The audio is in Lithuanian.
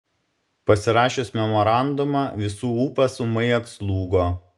pasirašius memorandumą visų ūpas ūmai atslūgo